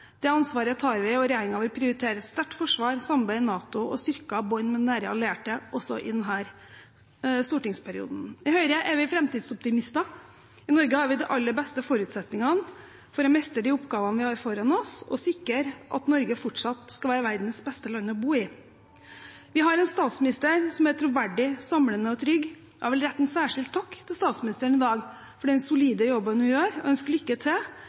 Det ansvaret tar vi, og regjeringen vil prioritere et sterkt forsvar, samarbeid i NATO og styrkede bånd med nære allierte også i denne stortingsperioden. I Høyre er vi framtidsoptimister. I Norge har vi de aller beste forutsetningene for å mestre de oppgavene vi har foran oss og sikre at Norge fortsatt skal være verdens beste land å bo i. Vi har en statsminister som er troverdig, samlende og trygg, og jeg vil i dag rette en særskilt takk til statsministeren for den solide jobben hun gjør, og ønske lykke til